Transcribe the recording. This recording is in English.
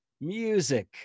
music